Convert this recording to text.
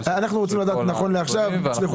תודה